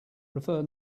prefer